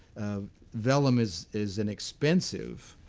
vellum is is an expensive